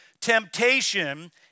Temptation